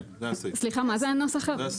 מה זה הנוסח הזה?